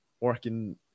working